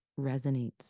resonates